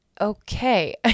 okay